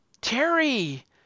Terry